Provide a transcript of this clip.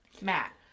Matt